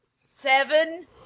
seven